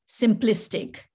simplistic